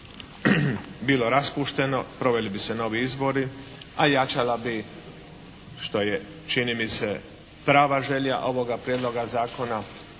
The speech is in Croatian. bilo raspušteno, proveli bi se novi izbori, a jačala bi što je čini mi se prava želja ovoga Prijedloga zakona,